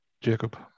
Jacob